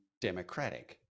democratic